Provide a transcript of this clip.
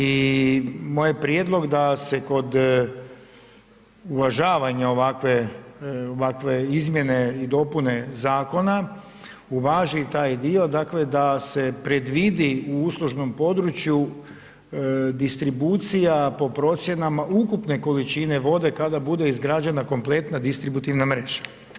I moj je prijedlog da se kod uvažavanja ovakve izmjene i dopune zakona uvaži i taj dio dakle da se predvidi u usluženom području distribucija po procjenama ukupne količine vode kada bude izgrađena kompletna distributivna mreža.